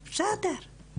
בסדר.